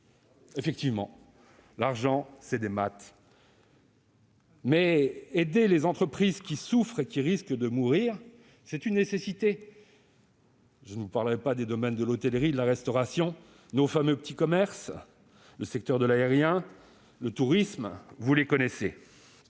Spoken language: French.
Effectivement, l'argent, c'est des maths. Mais aider les entreprises qui souffrent et risquent de mourir, c'est une nécessité. Je ne vous parlerai pas de l'hôtellerie, de la restauration, de nos fameux « petits commerces » ou des secteurs de l'aérien et du tourisme. Vous connaissez